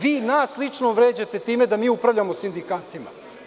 Vi nas lično vređate time da mi upravljamo sindikatima.